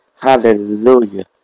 hallelujah